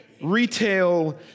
Retail